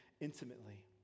intimately